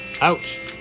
Ouch